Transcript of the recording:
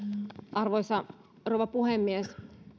arvoisa rouva puhemies